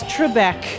Trebek